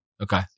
Okay